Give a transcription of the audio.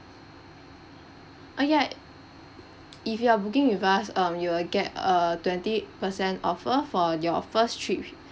uh ya i~ if you are booking with us um you will get err twenty percent offer for your first trip